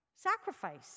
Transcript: Sacrifice